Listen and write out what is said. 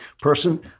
person